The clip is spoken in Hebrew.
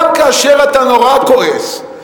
גם כאשר אתה נורא כועס,